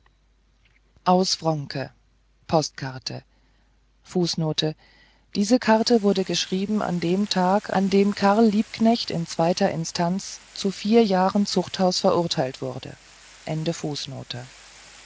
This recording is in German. diese karte wurde geschrieben an dem tag an dem karl liebknecht in zweiter instanz zu jahren zuchthaus verurteilt wurde